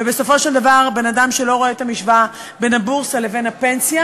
ובסופו של דבר אדם שלא רואה את המשוואה בין הבורסה לבין הפנסיה